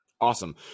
Awesome